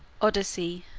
odyssey,